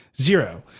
Zero